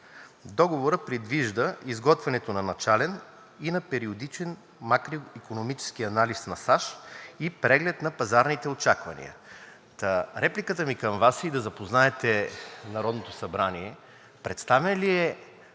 Договорът предвижда изготвянето на начален и на периодичен макроикономически анализ на САЩ и преглед на пазарните очаквания. Репликата ми към Вас е да запознаете Народното събрание представен ли е